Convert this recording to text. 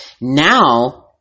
Now